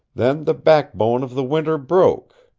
then the back-bone of the winter broke.